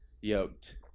yoked